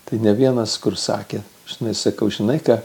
tai ne vienas kur sakė žinai sakau žinai ką